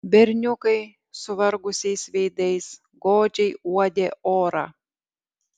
berniukai suvargusiais veidais godžiai uodė orą